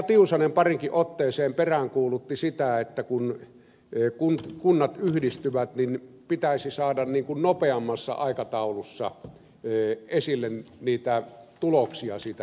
tiusanen pariinkin otteeseen peräänkuulutti sitä että kun kunnat yhdistyvät niin pitäisi saada nopeammassa aikataulussa esille niitä tuloksia siitä yhdistymisestä